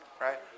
right